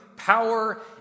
Power